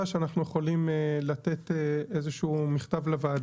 שאנחנו יכולים לתת איזה שהוא מכתב לוועדה.